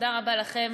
תודה רבה לכם,